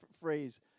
phrase